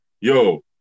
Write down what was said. Yo